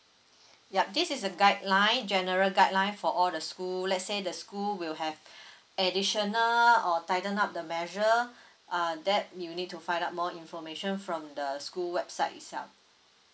yup this is a guideline general guideline for all the school let's say the school will have additional or tighten up the measure uh that you need to find out more information from the school website itself